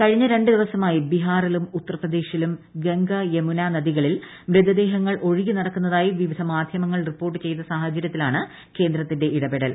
കഴിഞ്ഞ രണ്ട് ദിവസമായി ബീഹാറിലും ഉത്തർപ്രദേശിലും ഗംഗ യമുന നദികളിൽ മൃതദേഹങ്ങൾ ഒഴുകി നടക്കുന്നതായി വിവിധ മാധൃമങ്ങൾ റിപ്പോർട്ട് ചെയ്ത സാഹചര്യത്തിലാണ് കേന്ദ്രത്തിന്റെ ഇടപെടൽ